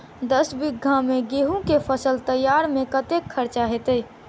दस बीघा मे गेंहूँ केँ फसल तैयार मे कतेक खर्चा हेतइ?